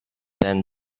then